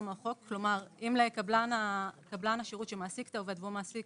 כלומר, אם לקבלן השירות שמעסיק את העובד והוא צריך